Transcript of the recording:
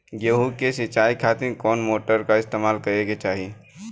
गेहूं के सिंचाई खातिर कौन मोटर का इस्तेमाल करे के चाहीं?